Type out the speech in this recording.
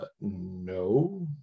no